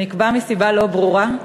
שנקבע מסיבה לא ברורה,